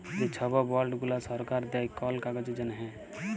যে ছব বল্ড গুলা সরকার দেই কল কাজের জ্যনহে